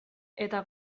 eta